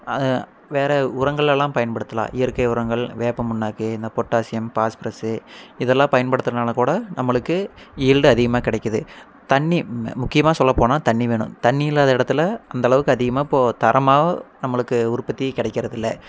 வேறு உரங்களெல்லாம் பயன்படுத்தலாம் இயற்கை உரங்கள் வேப்பம்புன்னாக்கு இந்த பொட்டாசியம் பாஸ்பரஸு இதெல்லாம் பயன்படுத்துறனால கூட நம்மளுக்கு ஈல்டு அதிகமாக கிடைக்கிது தண்ணி முக்கியமாக சொல்ல போனால் தண்ணி வேணும் தண்ணி இல்லாத இடத்துல அந்தளவுக்கு அதிகமாக இப்போ தரமாக நம்மளுக்கு உற்பத்தியே கிடைக்கிறதில்ல